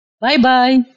Bye-bye